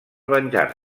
venjar